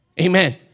Amen